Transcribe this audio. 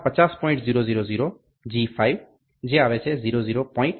000 G5 00